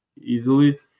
easily